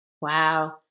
Wow